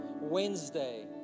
Wednesday